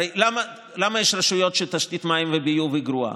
הרי למה יש רשויות שבהן תשתית המים והביוב היא גרועה?